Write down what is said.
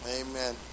Amen